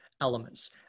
elements